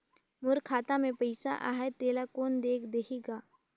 मोर खाता मे पइसा आहाय तेला कोन देख देही गा?